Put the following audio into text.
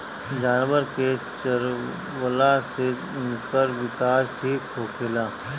जानवर के चरवला से उनकर विकास ठीक होखेला